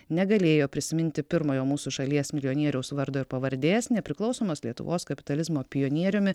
negalėjo prisiminti pirmojo mūsų šalies milijonieriaus vardo ir pavardės nepriklausomos lietuvos kapitalizmo pionieriumi